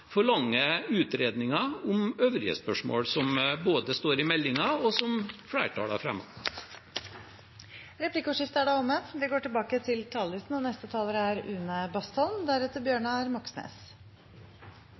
utredninger av øvrige spørsmål som både står i meldinga, og som flertallet har fremmet. Replikkordskiftet er omme. I denne egentlig utrolig viktige saken for havnasjonen Norge, som også er